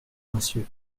monsieur